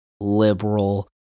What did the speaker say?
liberal